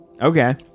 Okay